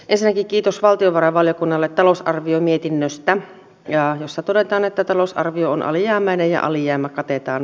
esekin kiitos valtiovarainvaliokunnalle talousarviomietinnöstä ja jossa todetaan että talousarvion alijäämäinen ja alijäämä katetaan